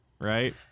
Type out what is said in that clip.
right